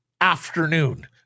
afternoon